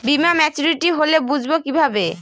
বীমা মাচুরিটি হলে বুঝবো কিভাবে?